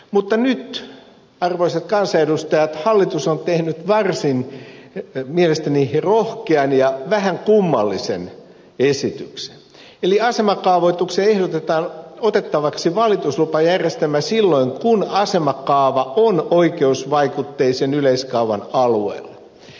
mutta nyt arvoisat kansanedustajat hallitus on tehnyt mielestäni varsin rohkean ja vähän kummallisen esityksen eli asemakaavoitukseen ehdotetaan otettavaksi valituslupajärjestelmä silloin kun asemakaava on oikeusvaikutteisen yleiskaavan alueella